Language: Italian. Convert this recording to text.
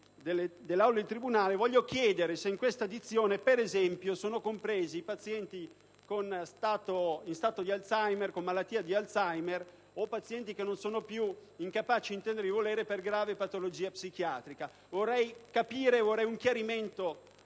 delle aule di tribunale, voglio chiedere se in questa dizione per esempio sono compresi i pazienti con malattia di Alzheimer o pazienti che non sono più capaci di intendere e di volere per grave patologia psichiatrica. Vorrei un chiarimento